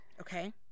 Okay